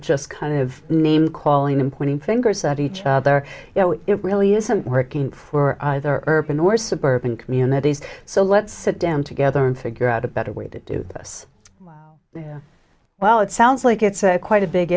just kind of name calling and pointing fingers at each other you know it really isn't working for either urban or suburban communities so let's sit down together and figure out a better way to do this well it sounds like it's quite a big